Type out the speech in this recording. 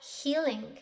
healing